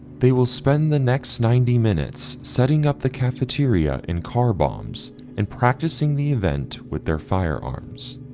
they will spend the next ninety minutes setting up the cafeteria in car bombs and practicing the event with their firearms